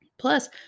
Plus